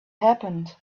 happened